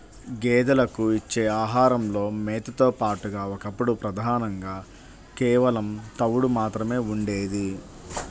గేదెలకు ఇచ్చే ఆహారంలో మేతతో పాటుగా ఒకప్పుడు ప్రధానంగా కేవలం తవుడు మాత్రమే ఉండేది